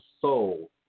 soul